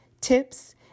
tips